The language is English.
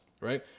right